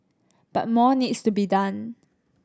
but more needs to be done